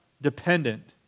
dependent